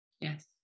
Yes